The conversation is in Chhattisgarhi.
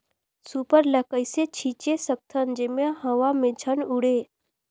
सुपर ल कइसे छीचे सकथन जेमा हवा मे झन उड़े?